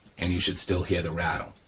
and you should still hear the rattle,